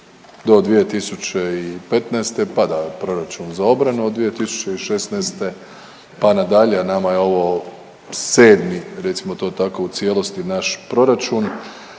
Do 2015. pada proračun za obranu, od 2016. pa nadalje, a nama je ovo sedmi recimo to tako u cijelosti naš proračun,